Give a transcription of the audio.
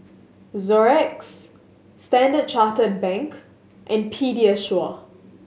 Xorex Standard Chartered Bank and Pediasure